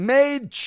Made